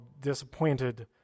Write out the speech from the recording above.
disappointed